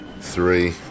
Three